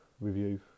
review